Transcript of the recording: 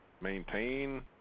maintain